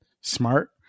smart